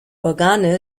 organe